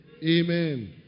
Amen